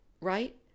right